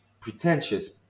pretentious